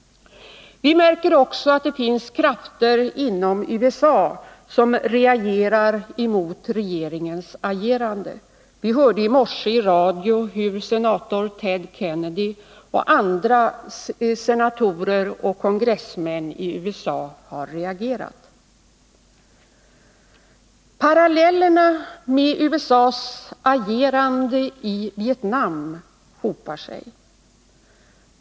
Vi märker också att det finns krafter inom USA som reagerar mot regeringens agerande. I morse hörde vi i radion hur senator Ted Kennedy och andra senatorer och kongressmän har reagerat. Parallellerna med USA:s agerande i Vietnam hopar sig.